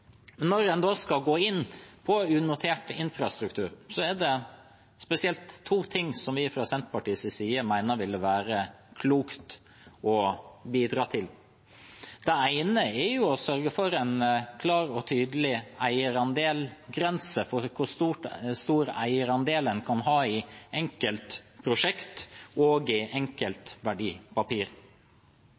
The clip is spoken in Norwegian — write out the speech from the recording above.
Når man skal gå inn på unotert infrastruktur, er det spesielt to ting vi fra Senterpartiets side mener ville være klokt å bidra til. Det ene er å sørge for en klar og tydelig eierandelsgrense for hvor stor eierandel man kan ha i enkeltprosjekter og i